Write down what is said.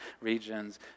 regions